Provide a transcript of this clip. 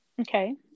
Okay